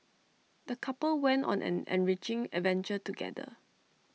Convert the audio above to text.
the couple went on an enriching adventure together